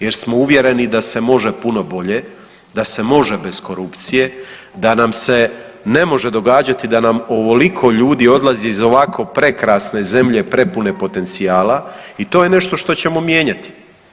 Jer smo uvjereni da se može puno bolje, da se može bez korupcije, da nam se n e može događati da nam ovoliko ljudi odlazi iz ovako prekrasne zemlje prepune potencijala i to je nešto što ćemo mijenjati.